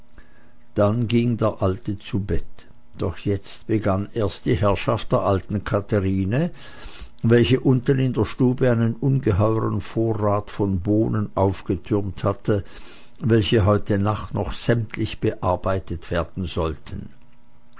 dann ging der alte zu bette doch jetzt begann erst die herrschaft der alten katherine welche unten in der stube einen ungeheuren vorrat von bohnen aufgetürmt hatte welche heute nacht noch sämtlich bearbeitet werden sollten